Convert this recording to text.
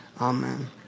Amen